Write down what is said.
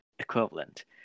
Equivalent